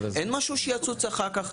אין משהו שיצוץ אחר כך.